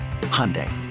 Hyundai